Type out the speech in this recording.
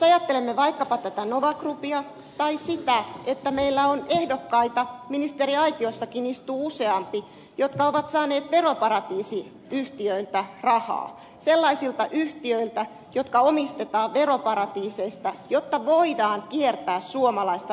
ajattelemme vaikkapa nova groupia tai sitä että meillä on ehdokkaita ministeriaitiossakin istuu useampi jotka ovat saaneet veroparatiisiyhtiöiltä rahaa sellaisilta yhtiöiltä jotka omistetaan veroparatiiseista jotta voidaan kiertää suomalaista verolainsäädäntöä